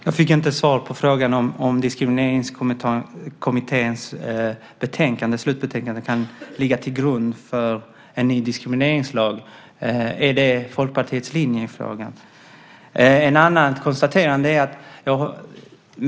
Fru talman! Jag fick inte svar på frågan om Diskrimineringskommitténs slutbetänkande kan ligga till grund för en ny diskrimineringslag. Är det Folkpartiets linje i frågan?